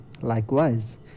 Likewise